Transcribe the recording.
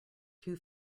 two